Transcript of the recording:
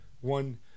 one